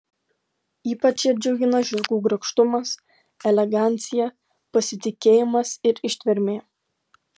ypač ją džiugina žirgų grakštumas elegancija pasitikėjimas ir ištvermė